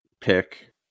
pick